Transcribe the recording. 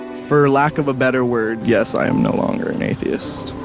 for lack of a better word, yes, i am no longer an atheist.